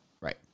Right